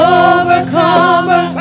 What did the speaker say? overcomer